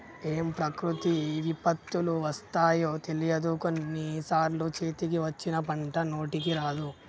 ఏం ప్రకృతి విపత్తులు వస్తాయో తెలియదు, కొన్ని సార్లు చేతికి వచ్చిన పంట నోటికి రాదు